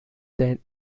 then